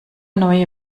neue